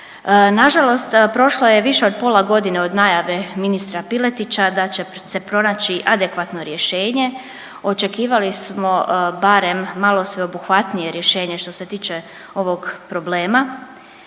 Nažalost, prošlo je više od pola godine od najave ministra Piletića da će se pronaći adekvatno rješenje, očekivali smo barem malo sveobuhvatnije rješenje što se tiče ovog problema